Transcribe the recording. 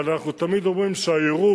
אבל אנחנו תמיד אומרים שהיירוט,